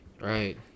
right